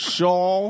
Shaw